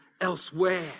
elsewhere